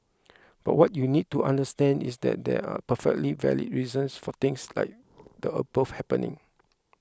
but what you need to understand is that there are perfectly valid reasons for things like the above happening